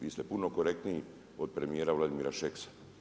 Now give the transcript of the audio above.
Vi ste puno korektniji od premijera, Vladimira Šeksa.